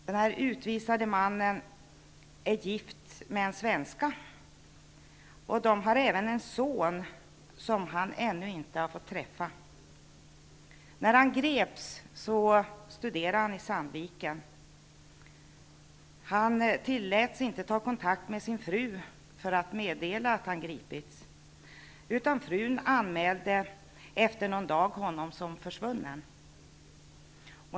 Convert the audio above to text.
Den utvisade mannen är gift med en svenska. De har även en son, som han ännu inte har fått träffa. Mannen studerade i Sandviken när han greps. Han tilläts inte ta kontakt med sin fru för att meddela att han gripits. Frun anmälde efter någon dag mannen som försvunnen.